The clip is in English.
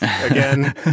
again